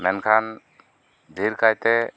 ᱢᱮᱱᱠᱷᱟᱱ ᱰᱷᱮᱨ ᱠᱟᱭᱛᱮ